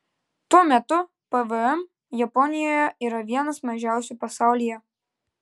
tuo metu pvm japonijoje yra vienas mažiausių pasaulyje